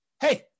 hey